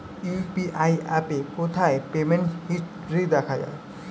UPI অ্যাপে কোথায় payment history দেখা যায়?